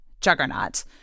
juggernaut